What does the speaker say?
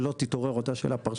שלא תתעורר אותה שאלה פרשנית.